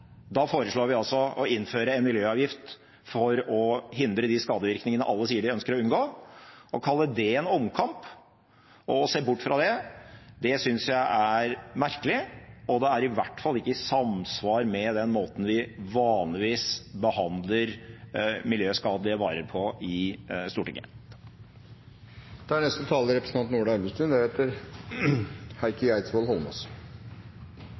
da foreslår vi altså å innføre en miljøavgift for å hindre de skadevirkningene alle sier de ønsker å unngå. Å kalle det en omkamp å se bort fra det synes jeg er merkelig, og det er i hvert fall ikke i samsvar med den måten vi vanligvis behandler miljøskadelige varer på i Stortinget. Dette er